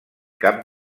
cap